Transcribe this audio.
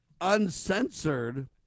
uncensored